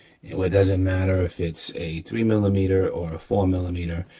you know it doesn't matter if it's a three millimeter or a four millimeter,